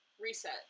reset